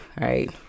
right